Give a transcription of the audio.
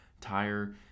tire